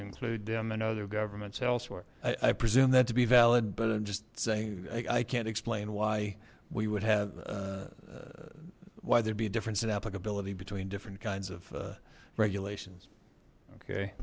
include them and other governments elsewhere i presume that to be valid but i'm just saying i can't explain why we would have why there'd be a difference in applicability between different kinds of regulations okay